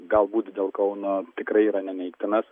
galbūt dėl kauno tikrai yra neneigtinas